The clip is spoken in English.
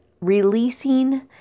releasing